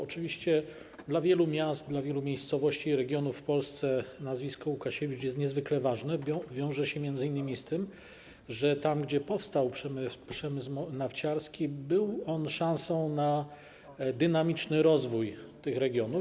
Oczywiście dla wielu miast, dla wielu miejscowości i regionów w Polsce nazwisko Łukasiewicz jest niezwykle ważne, wiąże się m.in. z tym, że tam, gdzie powstał przemysł nafciarski, był on szansą na dynamiczny rozwój tych regionów.